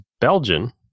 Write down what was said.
Belgian